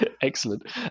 Excellent